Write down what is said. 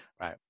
right